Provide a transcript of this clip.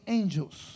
angels